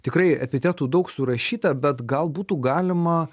tikrai epitetų daug surašyta bet gal būtų galima